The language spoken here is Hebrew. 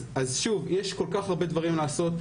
אז שוב - יש כל כך הרבה דברים לעשות,